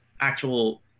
actual